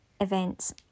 events